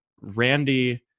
Randy